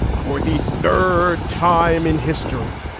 for the third time in history,